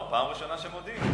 או, פעם ראשונה שמודים.